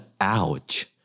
ouch